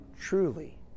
truly